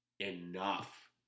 enough